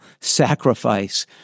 sacrifice